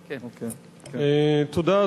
תודה,